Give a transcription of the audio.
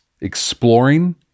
exploring